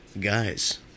Guys